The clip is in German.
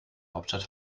hauptstadt